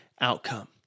outcome